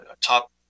top